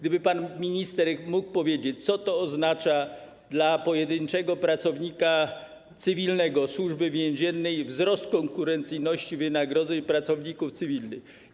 Czy pan minister mógłby powiedzieć, co to oznacza dla pojedynczego pracownika cywilnego Służby Więziennej: wzrost konkurencyjności wynagrodzeń pracowników cywilnych?